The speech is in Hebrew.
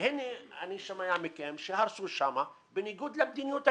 והנה אני שומע מכם שהרסו שם בניגוד למדיניות הכללית.